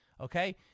okay